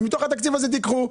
ומתוך התקציב הזה תיקחו".